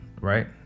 right